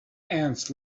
ants